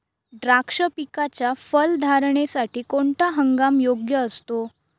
द्राक्ष पिकाच्या फलधारणेसाठी कोणता हंगाम योग्य असतो?